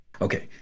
okay